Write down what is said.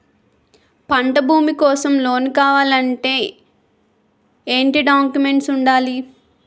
పంట భూమి కోసం లోన్ కావాలి అంటే ఏంటి డాక్యుమెంట్స్ ఉండాలి?